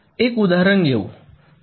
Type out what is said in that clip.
चला एक उदाहरण घेऊ